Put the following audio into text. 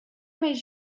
més